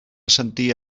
sentir